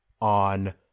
on